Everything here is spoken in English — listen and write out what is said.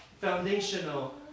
foundational